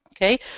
Okay